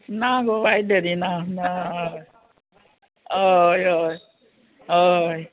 ना गो आयज दरिना ना हय हय हय हय